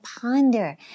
ponder